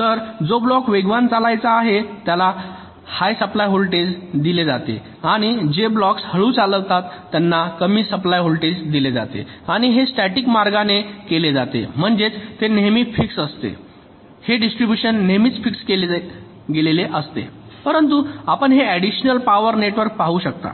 तर जो ब्लॉक वेगवान चालवायचा आहे त्यांना हाय सप्लाय व्होल्टेज दिले जाते आणि जे ब्लॉक्स हळू चालतात त्यांना कमी सप्लाय व्होल्टेजने दिले जाते आणि हे स्टॅटिक मार्गाने केले जाते म्हणजेच ते नेहमी फिक्स असते हे डिस्ट्रिब्युशन नेहमीच फिक्स केलेले असते परंतु आपण हे ऍडिशनल पॉवर नेटवर्क पाहू शकता